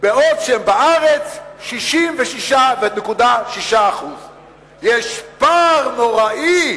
בעוד שבארץ הם 66.6%. יש פער נוראי